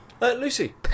Lucy